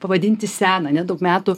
pavadinti seną nedaug metų